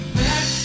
back